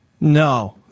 No